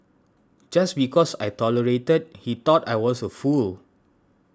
just because I tolerated he thought I was a fool